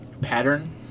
pattern